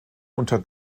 unter